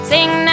Sing